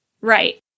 Right